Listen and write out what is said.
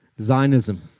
Zionism